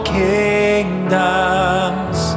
kingdoms